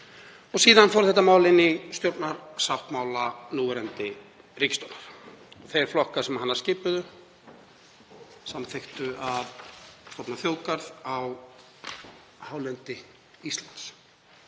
Síðan fór þetta mál inn í stjórnarsáttmála núverandi ríkisstjórnar. Þeir flokkar sem hana skipuðu samþykktu að stofna þjóðgarð á hálendi Íslands.